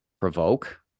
provoke